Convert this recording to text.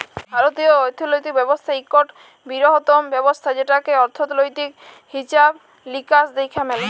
ভারতীয় অথ্থলিতি ব্যবস্থা ইকট বিরহত্তম ব্যবস্থা যেটতে অথ্থলিতির হিছাব লিকাস দ্যাখা ম্যালে